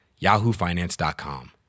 yahoofinance.com